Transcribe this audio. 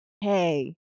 hey